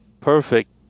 perfect